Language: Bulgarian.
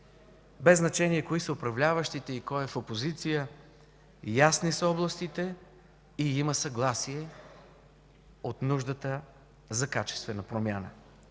без значение кои са управляващите и кой е в опозиция. Ясни са областите и има съгласие от нуждата за качествена промяна